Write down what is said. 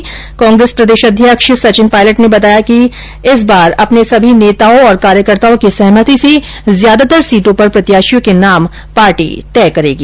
प्रदेष कांग्रेस अध्यक्ष सचिन पायलट ने बताया कि कांग्रेस इस बार अपने सभी नेताओं और कार्यकर्ताओं की सहमति से ज्यादातर सीटों पर प्रत्याषियों के नाम तय करेगी